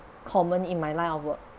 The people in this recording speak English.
common in my line of work